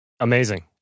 Amazing